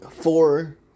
four